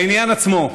לעניין עצמו,